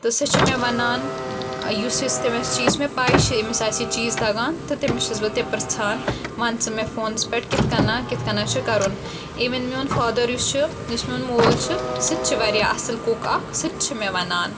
تہٕ سۄ چھِ مےٚ وَنان یُس یُس تٔمِس چیٖز یُس مےٚ پاے چھِ أمِس آسہِ یہِ چیٖز تَگان تہٕ تٔمس چھَس بہٕ تہِ پِرٛژھان وَن ژٕ مےٚ فونَس پٮ۪ٹھ کِتھ کٔنۍ کِتھ کٔنۍ چھِ کَرُن اِوٕن میون فادَر یُس چھُ یُس میون مول چھُ سُہ تہِ چھُ واریاہ اصٕل کُک اَکھ سُہ تہِ چھِ مےٚ وَنان